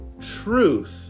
truth